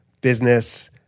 business